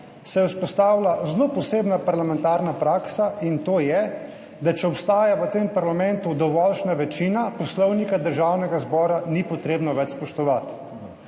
se bo vzpostavila zelo posebna parlamentarna praksa, in to je, da če obstaja v tem parlamentu dovoljšnja večina, Poslovnika Državnega zbora ni potrebno več spoštovati.